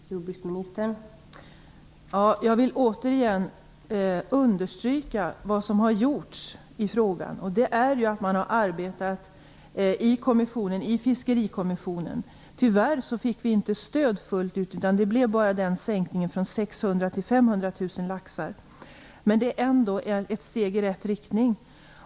Fru talman! Jag vill återigen understryka vad som har gjorts i frågan. Man har arbetat i Fiskerikommissionen. Tyvärr fick vi inte stöd fullt ut. Det blev bara en sänkning från 600 000 till 500 000 laxar, men det är ändå ett steg i rätt riktning.